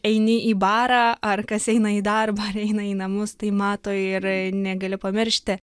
eini į barą ar kas eina į darbą eina į namus tai mato ir negali pamiršti